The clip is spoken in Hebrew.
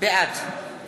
בעד